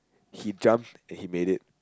he jumped and he made it